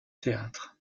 théâtre